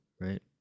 right